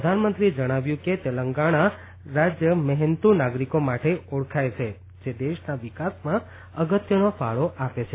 પ્રધાનમંત્રીએ જણાવ્યું છે કે તેલંગણા રાજ્ય મહેનતુ નાગરિકો માટે ઓળખાય છે જે દેશના વિકાસમાં અગત્યનો ફાળો આપે છે